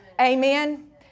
Amen